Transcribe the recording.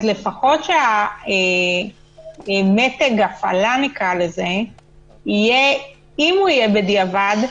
אז לפחות שמתג ההפעלה, אם הוא יהיה בדיעבד,